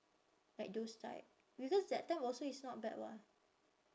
like those type because that type also is not bad [what]